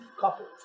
couple